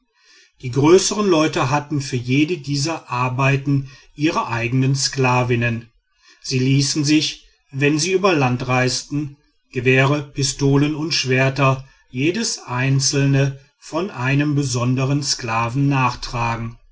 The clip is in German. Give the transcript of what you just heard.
die größern leute hatten für jede dieser arbeiten ihre eigenen sklavinnen sie ließen sich wenn sie über land reisten gewehre pistolen und schwerter jedes einzelne von einem besondern sklaven nachtragen